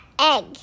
egg